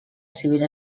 civil